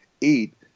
eat